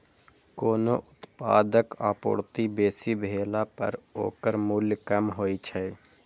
कोनो उत्पादक आपूर्ति बेसी भेला पर ओकर मूल्य कम होइ छै